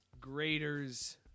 Graders